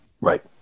Right